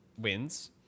wins